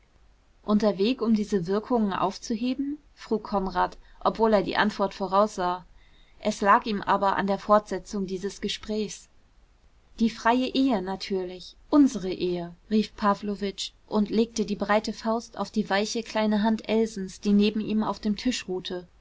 weg um diese wirkungen aufzuheben frug konrad obwohl er die antwort voraussah es lag ihm aber an der fortsetzung dieses gesprächs die freie ehe natürlich unsere ehe rief pawlowitsch und legte die breite faust auf die weiche kleine hand elsens die neben ihm auf dem tisch ruhte